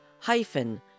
hyphen